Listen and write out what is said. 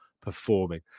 performing